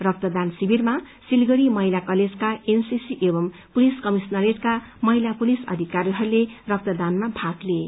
रक्तदान शिविरमा सिलगढ़ी महिला कलेजका एनसीसी एवं पुलिस कमिशनरेटका महिला पुलिस अधिकारीहरूले रक्तदानमा भाग लिए